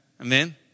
Amen